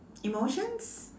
emotions